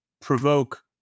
provoke